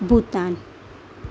Bhutan